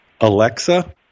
Alexa